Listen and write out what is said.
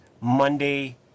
Monday